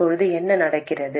இப்போது என்ன நடக்கிறது